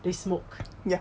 they smoke